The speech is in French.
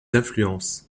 influences